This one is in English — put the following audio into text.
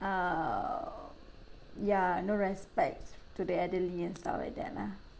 err ya no respect to the elderly and stuff like that lah